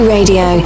Radio